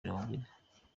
mirongwine